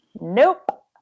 Nope